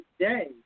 today